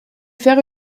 faire